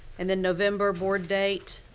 and the november board date.